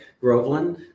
Groveland